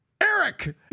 Eric